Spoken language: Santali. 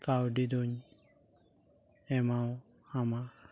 ᱠᱟᱹᱣᱰᱤᱫᱚᱧ ᱮᱢᱟᱣᱟᱢᱟ